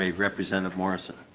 ah representative morrison